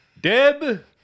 Deb